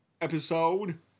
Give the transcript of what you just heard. episode